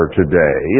today